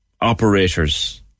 operators